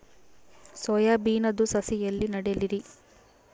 Soya ಬಿನದು ಸಸಿ ಎಲ್ಲಿ ನೆಡಲಿರಿ?